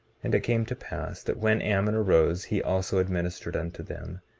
and it came to pass that when ammon arose he also administered unto them,